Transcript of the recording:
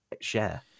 share